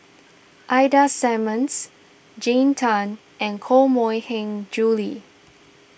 Ida Simmons Jean Tay and Koh Mui Hiang Julie